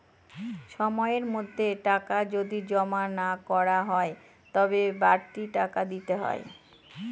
সময়ের মধ্যে টাকা যদি জমা না করা হয় তবে বাড়তি টাকা দিতে হয়